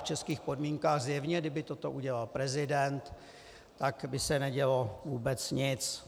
V českých podmínkách zjevně, kdyby toto udělal prezident, tak by se nedělo vůbec nic.